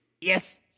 yes